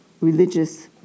religious